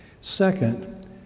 Second